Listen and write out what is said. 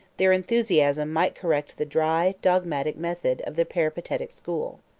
their enthusiasm might correct the dry, dogmatic method of the peripatetic school.